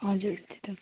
हजुर त्यही त